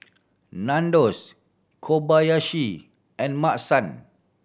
Nandos Kobayashi and Maki San